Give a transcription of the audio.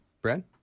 Brad